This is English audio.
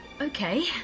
okay